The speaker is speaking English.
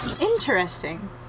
interesting